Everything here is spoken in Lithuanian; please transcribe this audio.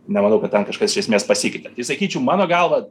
nemanau kad ten kažkas iš esmės pasikeitė tai sakyčiau mano galva